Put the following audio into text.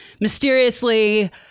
mysteriously